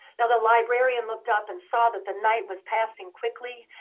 now the librarian looked up and saw that the night was passing quickly.